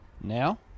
now